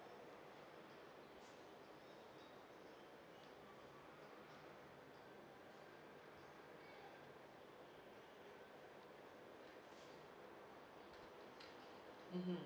mmhmm